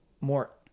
more